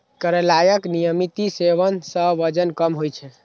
करैलाक नियमित सेवन सं वजन कम होइ छै